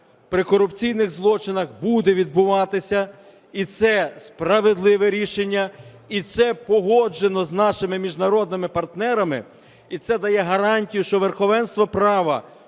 при корупційних злочинах буде відбуватися, і це справедливе рішення, і це погоджено з нашими міжнародними партнерами, і це дає гарантію, що верховенство права